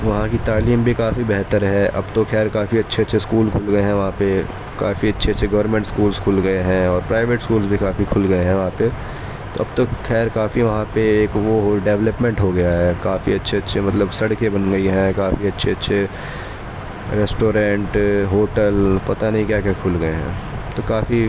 وہاں کی تعلیم بھی کافی بہتر ہے اب تو خیر کافی اچھے اچھے اسکول کھل گئے ہیں وہاں پہ کافی اچھے اچھے گورنمنٹ اسکولس کھل گئے ہیں اور پرائیویٹ اسکولس بھی کافی کھل گئے ہیں وہاں پہ تو اب تو خیر کافی وہاں پہ ایک وہ ہو ڈیولپمنٹ ہو گیا ہے کافی اچھے اچھے مطلب سڑکیں بن گئی ہیں کافی اچھے اچھے ریسٹورینٹ ہوٹل پتہ نہیں کیا گیا کھل گئے ہیں تو کافی